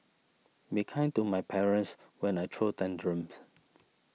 be kind to my parents when I throw tantrums